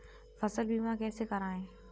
फसल बीमा कैसे कराएँ?